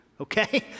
Okay